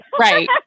Right